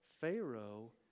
Pharaoh